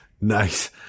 Nice